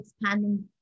expanding